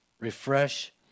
refresh